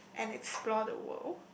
and explore the world